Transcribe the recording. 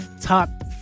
top